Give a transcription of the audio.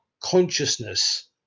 consciousness